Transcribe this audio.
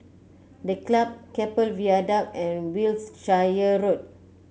The Club Keppel Viaduct and Wiltshire Road